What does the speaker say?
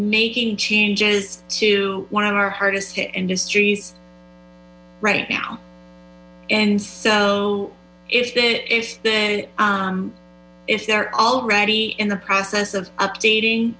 making changes to one of our hardest hit industries right now and so if that if the if they're already in the process of updating